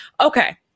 Okay